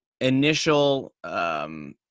initial